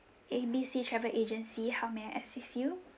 A B C travel agency how may I assist you